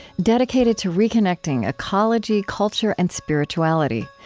dedicated to reconnecting ecology, culture, and spirituality.